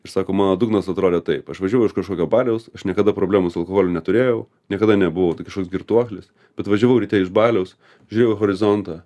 ir sako mano dugnas atrodė taip aš važiavau iš kažkokio baliaus aš niekada problemų su alkoholiu neturėjau niekada nebuvau tai kažkoks girtuoklis bet važiavau ryte iš baliaus žiūrėjau horizontą